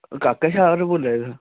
काका शाह् होर बोला दे तुस